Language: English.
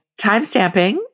Timestamping